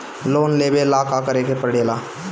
Loan लेबे ला का करे के पड़े ला?